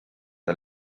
the